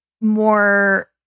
more